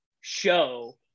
show